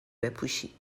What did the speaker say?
بپوشی